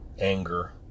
anger